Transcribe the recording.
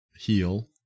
heal